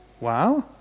Wow